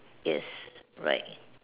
yes right